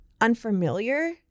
unfamiliar